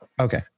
Okay